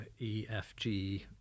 efg